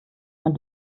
man